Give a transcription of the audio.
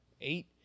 eight